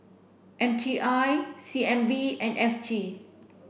M T I C N B and F T